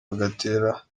bigatera